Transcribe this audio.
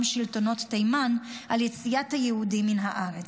שלטונות תימן על יציאת היהודים מן הארץ.